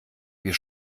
wir